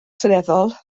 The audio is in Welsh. seneddol